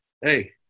hey